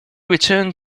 returned